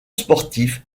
sportif